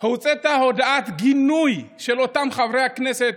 הוצאת הודעת גינוי של אותם חברי כנסת,